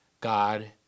God